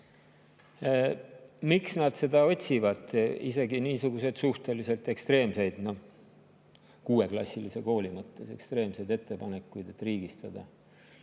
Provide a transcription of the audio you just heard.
Miks nad otsivad niisuguseid suhteliselt ekstreemseid, kuueklassilise kooli mõttes ekstreemseid ettepanekuid, et riigistada?